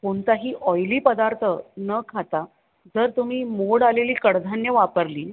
कोणताही ऑईली पदार्थ न खाता जर तुम्ही मोड आलेली कडधान्यं वापरली